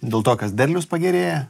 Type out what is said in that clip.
dėl to kas derlius pagerėja